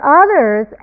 others